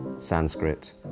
Sanskrit